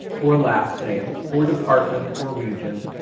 or last name or department or region.